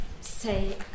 say